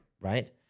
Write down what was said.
right